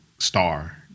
Star